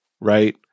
right